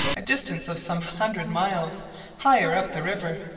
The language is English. a distance of some hundred miles higher up the river,